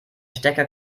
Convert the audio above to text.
stärker